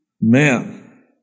man